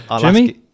Jimmy